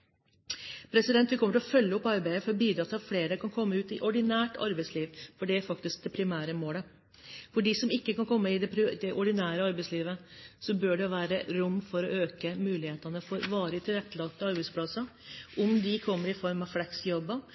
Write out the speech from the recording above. Vi kommer til å følge opp arbeidet for å bidra til at flere kan komme ut i ordinært arbeidsliv, for det er faktisk det primære målet. For dem som ikke kan komme inn i det ordinære arbeidslivet, bør det være rom for å øke mulighetene for varig tilrettelagte arbeidsplasser – enten de kommer i form av